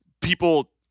People